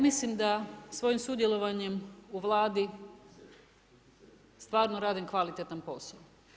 Ja mislim da svojim sudjelovanjem u Vladi stvarno radim kvalitetan posao.